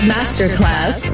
Masterclass